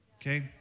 Okay